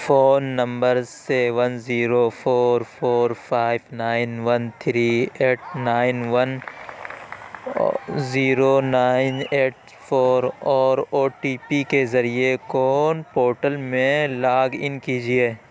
phone number seven zero four four five nine one three eight nine one zero nine eight four اور O T P کے ذریعے کون portal میں log in کیجیے